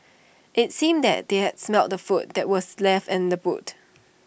IT seemed that they had smelt the food that was left in the boot